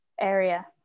area